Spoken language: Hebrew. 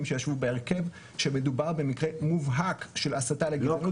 שישבו בהרכב שמדובר במקרה מובהק של הסתה לגזענות.